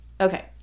Okay